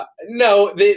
no